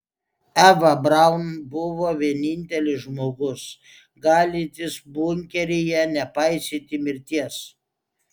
eva braun buvo vienintelis žmogus galintis bunkeryje nepaisyti mirties